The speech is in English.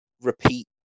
repeat